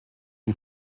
die